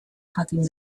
jakin